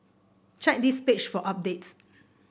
check this page for updates